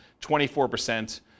24%